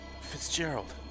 Fitzgerald